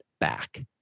back